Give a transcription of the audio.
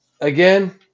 again